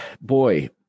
boy